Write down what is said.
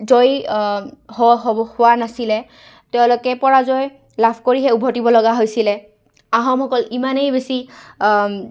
জয় হ'ব হোৱা নাছিলে তেওঁলোকে পৰাজয় লাভ কৰিহে উভতিব লগা হৈছিলে আহোমসকল ইমানেই বেছি